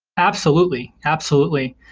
absolutely. absolutely.